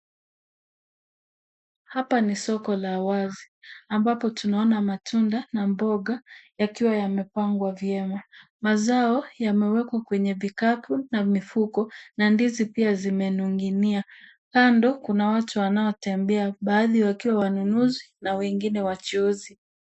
Hapa ni soko la wazi ambapo tunaona matunda namboga, yakiwa yamepangwa vyema. Mazao yamewekwa kwenye vikapu na mifuko, na ndizi pia zinaning'inia. Kando kuna watu wanao tembea baadhi wakiwa wanunuzi na wengine wachuuzi.